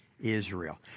Israel